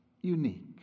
unique